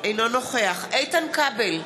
אינו נוכח איתן כבל,